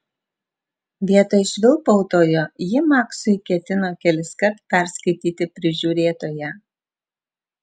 vietoj švilpautojo ji maksui ketino keliskart perskaityti prižiūrėtoją